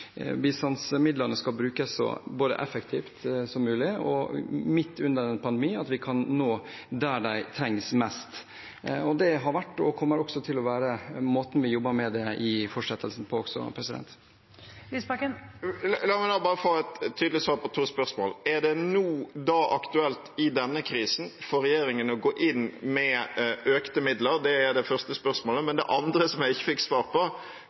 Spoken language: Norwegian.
bistandsmidlene skal brukes så effektivt som mulig, og at de midt under en pandemi kan nå fram der de trengs mest. Det har vært og kommer også til å være måten vi jobber med det på, også i fortsettelsen. Audun Lysbakken – til oppfølgingsspørsmål. La meg nå bare få et tydelig svar på to spørsmål: Er det da aktuelt nå, i denne krisen, for regjeringen å gå inn med økte midler? Det er det første spørsmålet. Det andre, som jeg ikke fikk svar på,